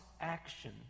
action